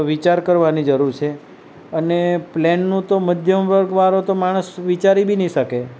વિચાર કરવાની જરૂર છે અને પ્લેનનું તો મધ્યમ વર્ગવાળો તો માણસ વિચારી બી નહીં શકે